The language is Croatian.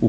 u